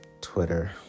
Twitter